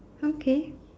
okay